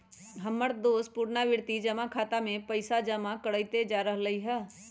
हमर दोस पुरनावृति जमा खता में पइसा जमा करइते जा रहल हइ